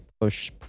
push